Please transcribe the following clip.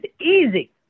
easy